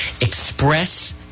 Express